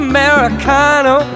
Americano